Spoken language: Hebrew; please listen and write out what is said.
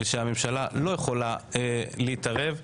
והממשלה לא יכולה להתערב.